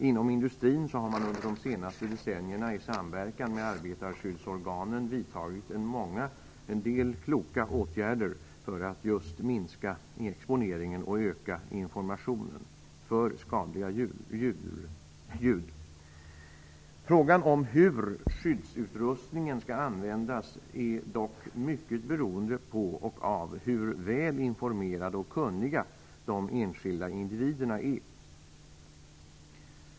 Inom industrin har man under de senaste decennierna i samverkan med arbetarskyddsorganen vidtagit en del kloka åtgärder för att minska exponeringen och öka informationen om skadliga ljud. Frågan om hur skyddsutrustningen skall användas är dock mycket beroende av hur väl informerade och kunniga de enskilda individerna är.